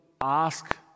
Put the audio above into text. ask